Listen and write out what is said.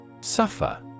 Suffer